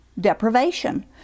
deprivation